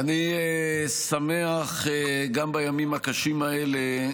אני שמח גם בימים הקשים האלה,